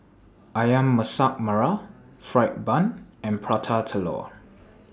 Ayam Masak Merah Fried Bun and Prata Telur